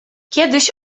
kiedyś